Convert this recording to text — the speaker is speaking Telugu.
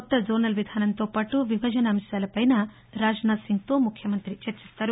కొత్త జోనల్ విధానంతో పాటు విభజన అంశాలపై రాజ్నాథ్సింగ్తో ముఖ్యమంతి చర్చిస్తారు